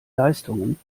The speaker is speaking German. leistungen